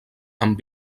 amb